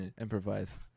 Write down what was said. improvise